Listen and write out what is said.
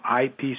IP